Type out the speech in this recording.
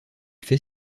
fait